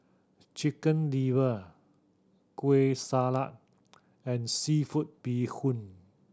Chicken Liver Kueh Salat and seafood bee hoon